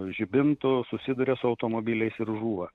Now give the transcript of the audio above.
žibintų susiduria su automobiliais ir žūva